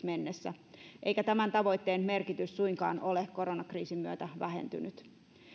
mennessä eikä tämän tavoitteen merkitys suinkaan ole koronakriisin myötä vähentynyt